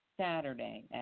Saturday